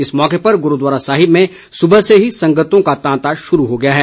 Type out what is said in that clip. इस मौके पर गुरूद्वारा साहिब में सुबह से ही संगतों का तांता शुरू हो गया है